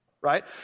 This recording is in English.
right